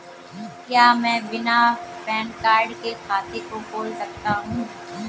क्या मैं बिना पैन कार्ड के खाते को खोल सकता हूँ?